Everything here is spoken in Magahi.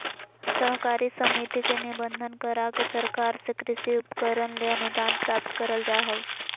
सहकारी समिति के निबंधन, करा के सरकार से कृषि उपकरण ले अनुदान प्राप्त करल जा हई